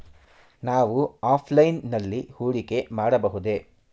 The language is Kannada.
ನಾವು ಆಫ್ಲೈನ್ ನಲ್ಲಿ ಹೂಡಿಕೆ ಮಾಡಬಹುದೇ?